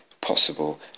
possible